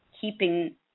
keeping